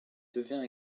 devient